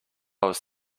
was